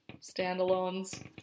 standalones